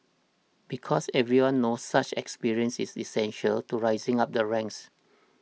because everyone knows such experience is essential to rising up the ranks